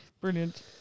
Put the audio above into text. Brilliant